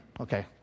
Okay